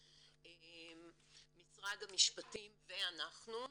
משרד המשפטים ואנחנו,